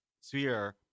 sphere